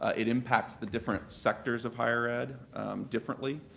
ah it impacts the different sectors of higher ed differently.